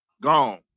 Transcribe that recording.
Gone